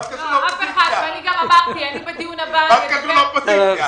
אמורה הייתה להיות לך פגישה בשבוע שעבר.